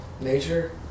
nature